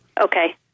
Okay